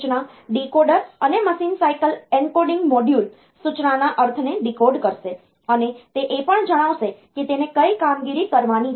સૂચના ડીકોડર અને machine cycle encoding module સૂચનાના અર્થને ડીકોડ કરશે અને તે એ પણ જણાવશે કે તેને કઈ કામગીરી કરવાની છે